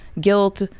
guilt